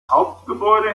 hauptgebäude